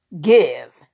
Give